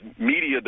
media